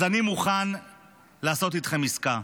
אז אני מוכן לעסוק איתכם עסקה: